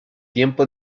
tiempo